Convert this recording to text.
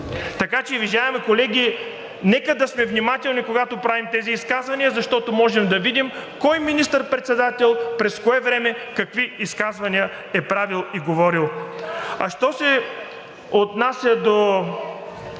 Така че, уважаеми колеги, нека да сме внимателни, когато правим тези изказвания, защото можем да видим кой министър-председател през кое време какви изказвания е правил и говорил. (Реплики.) А що се отнася до